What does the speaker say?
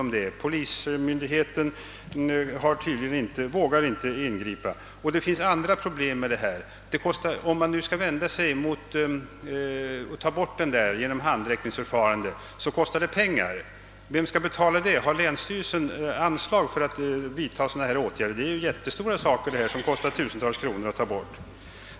Exekutionsmyndigheten anser sig tydligen inte kunna ingripa mot markägaren. Det finns även andra problem. Om man vill ta bort skylten genom handräckningsförfarande, så kostar det pengar. Vem skall betala det? Har länsstyrelsen några anslag för att vidta sådana åtgärder? Det rör sig om mycket stora skyltanordningar som det kostar tusentals kronor att ta bort.